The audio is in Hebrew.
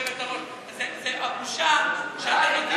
כי קשה לי לשמוע את עצמי.